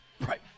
Right